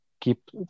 keep